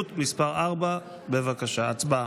בבקשה, הצבעה.